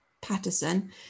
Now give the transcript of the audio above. Patterson